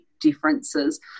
differences